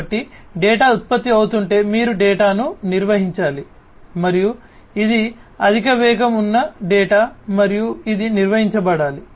కాబట్టి డేటా ఉత్పత్తి అవుతుంటే మీరు డేటాను నిర్వహించాలి మరియు ఇది అధిక వేగం ఉన్న డేటా మరియు ఇది నిర్వహించబడాలి